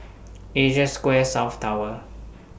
Asia Square South Tower